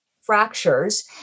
fractures